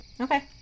Okay